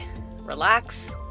relax